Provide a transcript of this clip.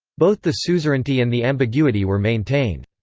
both the suzerainty and the ambiguity were maintained.